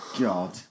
God